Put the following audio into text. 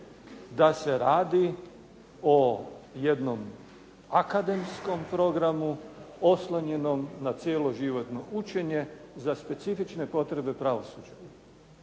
da se radi o jednom akademskom programu oslonjenom na cjeloživotno učenje za specifične potrebe pravosuđa?